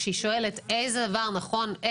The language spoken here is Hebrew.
כשהיא שואלת איזה דבר נכון,